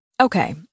Okay